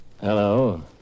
Hello